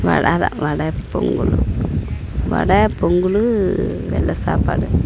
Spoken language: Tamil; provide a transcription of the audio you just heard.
வடைலாம் வடை பொங்கலும் வடை பொங்கல் வெள்ளை சாப்பாடு